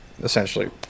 essentially